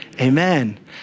Amen